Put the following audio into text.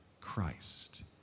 Christ